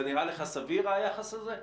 זה נראה לך סביר היחס הזה?